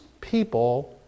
people